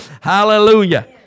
Hallelujah